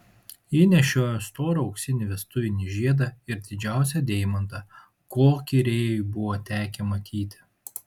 ji nešiojo storą auksinį vestuvinį žiedą ir didžiausią deimantą kokį rėjui buvo tekę matyti